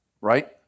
right